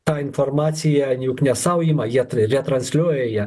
tą informaciją juk ne sau ima jie retransliuoja ją